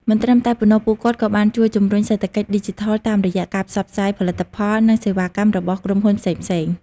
មិនត្រឹមតែប៉ុណ្ណោះ ពួកគាត់ក៏បានជួយជំរុញសេដ្ឋកិច្ចឌីជីថលតាមរយៈការផ្សព្វផ្សាយផលិតផល និងសេវាកម្មរបស់ក្រុមហ៊ុនផ្សេងៗ។